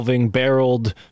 barreled